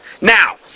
Now